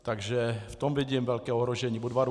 Takže v tom vidím velké ohrožení Budvaru.